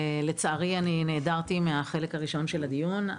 לצערי אני נעדרתי מהחלק הראשון של הדיון.